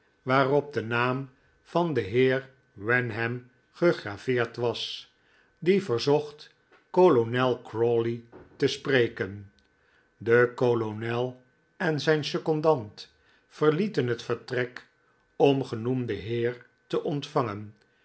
waarop de naam van den heer wenham gegraveerd was die verzocht kolonel crawley te spreken i de kolonel en zijn secondant verlieten het vertrek om genoemden heer te ontvangen